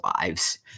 lives